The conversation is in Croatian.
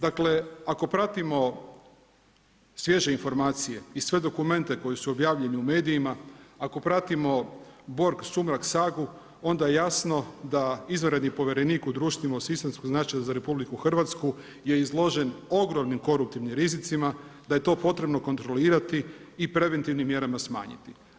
Dakle ako pratimo svježe informacije i sve dokumente koji su objavljeni u medijima, ako pratimo Borg sumrak sagu onda je jasno da izvanredni povjerenik u društvima od sistemskog značenja za RH je izložen ogromnim koruptivnim rizicima, da je to potrebno kontrolirati i preventivnim mjerama smanjiti.